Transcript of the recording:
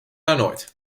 erneut